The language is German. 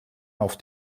auf